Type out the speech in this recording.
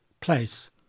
place